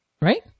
right